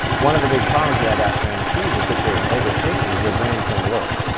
one of the big problems we have after anesthesia, particularly in older patients is their brains don't work.